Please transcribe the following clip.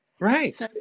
right